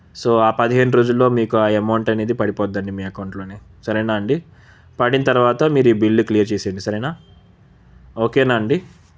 so ఆ పదిహేను రోజుల్లో మీకు ఆ యమౌంట్ అనేది పడిపోద్దండి మీ అకౌంట్లోనే సరేనా అండి పడిన తర్వాత మీరు ఈ బిల్లు క్లియర్ చేసేయండి సరేనా ఓకేనా అండి